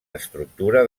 estructura